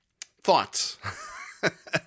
thoughts